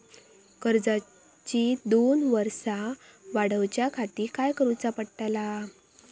कर्जाची दोन वर्सा वाढवच्याखाती काय करुचा पडताला?